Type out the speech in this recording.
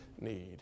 need